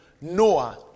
Noah